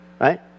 Right